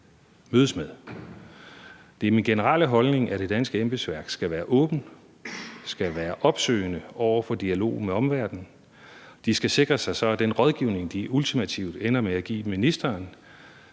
mødes med. Det er min generelle holdning, at det danske embedsværk skal være åbent, og at de skal være opsøgende over for en dialog med omverdenen, og at de så skal sikre sig, at de, hvad angår den rådgivning, de ultimativt ender med at give ministeren,